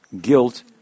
guilt